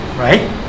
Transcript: Right